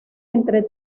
entre